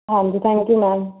ਹਾਂਜੀ thank you ma'am